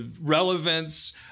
relevance